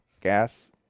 gas